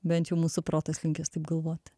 bent jau mūsų protas linkęs taip galvot